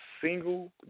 single